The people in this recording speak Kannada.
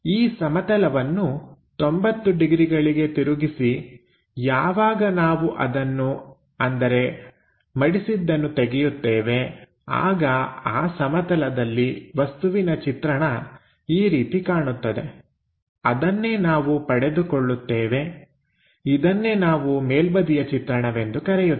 ಈ ಸಮತಲವನ್ನು 90 ಡಿಗ್ರಿಗಳಿಗೆ ತಿರುಗಿಸಿ ಯಾವಾಗ ನಾವು ಅದನ್ನು ಅಂದರೆ ಮಡಿಸಿದ್ದನ್ನು ತೆಗೆಯುತ್ತೇವೆ ಆಗ ಆ ಸಮತಲದಲ್ಲಿ ವಸ್ತುವಿನ ಚಿತ್ರಣ ಈ ರೀತಿ ಕಾಣುತ್ತದೆ ಅದನ್ನೇ ನಾವು ಪಡೆದುಕೊಳ್ಳುತ್ತೇವೆ ಇದನ್ನೇ ನಾವು ಮೇಲ್ಬದಿಯ ಚಿತ್ರಣವೆಂದು ಕರೆಯುತ್ತೇವೆ